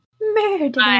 Murder